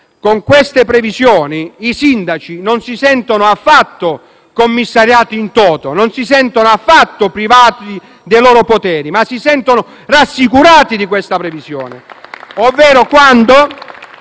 con queste previsioni i sindaci non si sentono affatto commissariati *in toto*, non si sentono affatto privati dei loro poteri, ma si sentono rassicurati. *(Applausi dal Gruppo